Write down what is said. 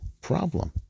problem